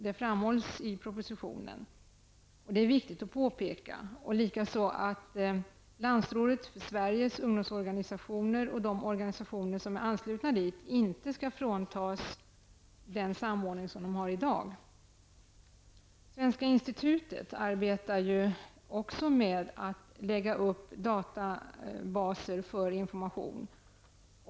Detta framhålls också i propositionen, vilket är viktigt att påpeka, liksom att Landsrådet för Sveriges ungdomsorganisationer och de organisationer som är anslutna härtill inte skall fråntas den samordning som man i dag har. Svenska institutet arbetar ju med att också lägga upp databaserför information.